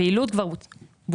הפעילות כבר בוצעה.